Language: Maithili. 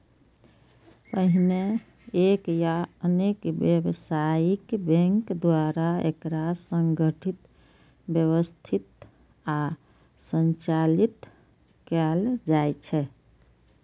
पहिने एक या अनेक व्यावसायिक बैंक द्वारा एकरा संगठित, व्यवस्थित आ संचालित कैल जाइ छै